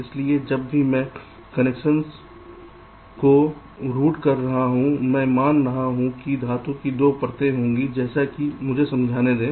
इसलिए जब भी मैं कनेक्शनों को रूट कर रहा हूं मैं यह मान रहा हूं कि धातु की 2 परतें होंगी जैसे कि मुझे समझाने दें